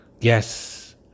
Yes